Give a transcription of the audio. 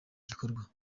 gikorwa